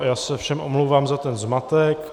Já se všem omlouvám za ten zmatek.